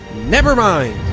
never mind!